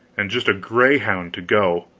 and just a greyhound to go.